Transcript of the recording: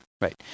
Right